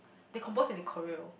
they compose and they choreo